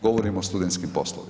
Govorim o studentskim poslovima.